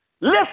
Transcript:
Listen